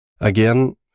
Again